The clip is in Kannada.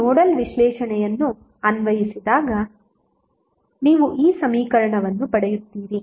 ನೀವು ನೋಡಲ್ ವಿಶ್ಲೇಷಣೆಯನ್ನು ಅನ್ವಯಿಸಿದಾಗ ನೀವು ಈ ಸಮೀಕರಣವನ್ನು ಪಡೆಯುತ್ತೀರಿ